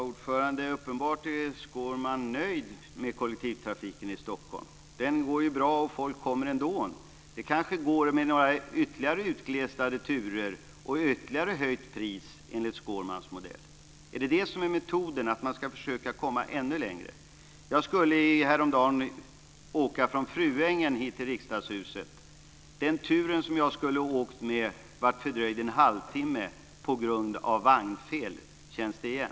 Fru talman! Uppenbart är Skårman nöjd med kollektivtrafiken i Stockholm. Den går bra och folk kommer ändå. Det kanske går med ytterligare utglesade turer och ytterligare höjt pris, enligt Skårmans modell. Är det metoden för att försöka komma ännu längre? Jag skulle häromdagen åka från Fruängen hit till Riksdagshuset. Den turen som jag skulle ha åkt med blev fördröjd en halvtimme på grund av vagnfel. Känns det igen?